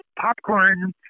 popcorn